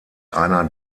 einer